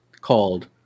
called